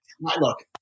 Look